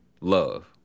love